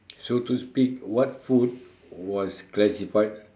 so to speak what food was classified